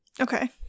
Okay